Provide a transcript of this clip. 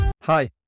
Hi